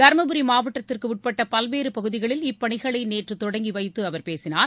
தா்மபுரி மாவட்டத்திற்கு உட்பட்ட பல்வேறு பகுதிகளில் இப்பணிகளை நேற்று தொடங்கி வைத்து அவர் பேசினார்